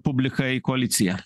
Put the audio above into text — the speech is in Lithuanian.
publika į koaliciją